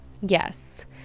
yes